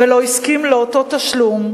ולא הסכים לאותו תשלום,